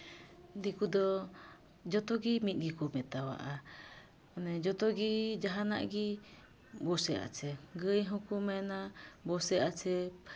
ᱫᱤᱠᱩ ᱫᱚ ᱡᱷᱚᱛᱚ ᱜᱮ ᱢᱤᱫ ᱜᱮᱠᱚ ᱢᱮᱛᱟᱣᱟᱜᱼᱟ ᱢᱟᱱᱮ ᱡᱷᱚᱛᱚ ᱜᱮ ᱡᱟᱦᱟᱱᱟᱜ ᱜᱮ ᱵᱚᱥᱮ ᱟᱪᱷᱮ ᱜᱟᱹᱭ ᱦᱚᱸ ᱠᱚ ᱢᱮᱱᱟ ᱵᱚᱥᱮ ᱟᱪᱷᱮ